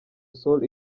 sol